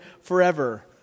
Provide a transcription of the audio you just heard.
forever